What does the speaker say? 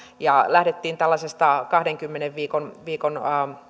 ja lähdettiin tällaisesta kahdenkymmenen viikon viikon